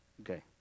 Okay